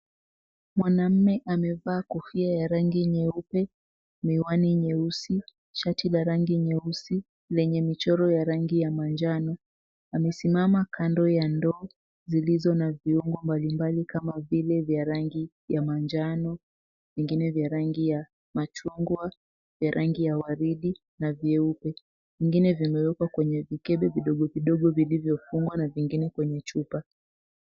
Mwanaume amevaa kofia ya rangi nyeupe, miwani nyeusi, shati la rangi nyeusi lenye michoro ya rangi ya majano. Amesimama kando ya ndoo zilizo na viungo mbalimbali kama vile vya rangi ya manjano, vingine vya rangi ya machungwa, vya rangi ya waridi na vyeupe. Vingine vimewekwa kwenye vikebe vidogo vidogo vilivyofungwa na vingine kwenye chupa.